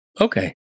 okay